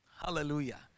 Hallelujah